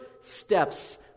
steps